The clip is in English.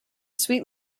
sweet